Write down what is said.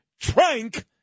Trank